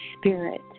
spirit